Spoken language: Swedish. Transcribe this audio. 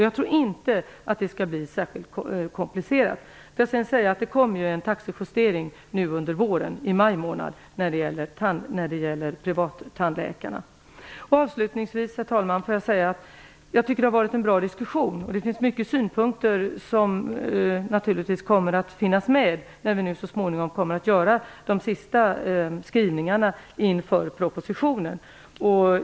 Jag tror inte att det skall bli särskilt komplicerat. Låt mig också säga att det i maj månad kommer en taxejustering för privattandläkarna. Herr talman! Jag vill avslutningsvis säga att jag tycker att detta har varit en bra diskussion. Det kommer naturligtvis att finnas med många synpunkter när vi så småningom gör de sista skrivningarna till propositionen.